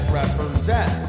represent